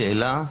בשאלה,